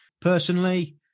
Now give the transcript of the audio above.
Personally